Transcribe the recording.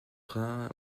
rhin